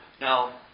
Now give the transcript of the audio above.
Now